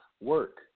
work